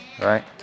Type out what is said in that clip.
right